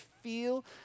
feel